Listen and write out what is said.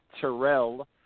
Terrell